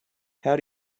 how